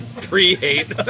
Pre-hate